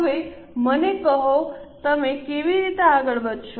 હવે મને કહો કે તમે કેવી રીતે આગળ વધશો